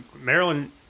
Maryland